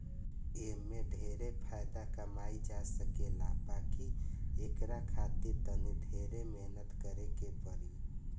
एमे ढेरे फायदा कमाई जा सकेला बाकी एकरा खातिर तनी ढेरे मेहनत करे के पड़ी